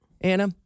Anna